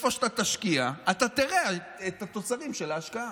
איפה שאתה תשקיע, אתה תראה את התוצרים של ההשקעה,